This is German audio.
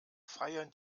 feiern